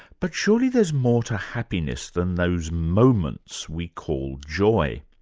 but surely there's more to happiness than those moments we call joy.